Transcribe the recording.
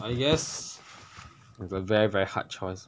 I guess it's a very very hard choice